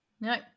no